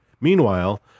Meanwhile